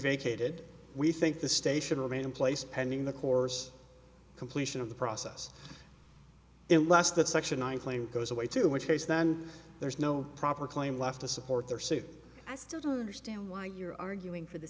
vacated we think the station remain in place pending the course completion of the process and last that section one claim goes away to which case then there's no proper claim left to support their suit i still don't understand why you're arguing for the